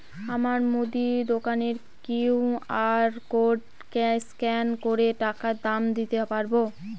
আমার মুদি দোকানের কিউ.আর কোড স্ক্যান করে টাকা দাম দিতে পারব?